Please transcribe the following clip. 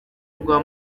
rwa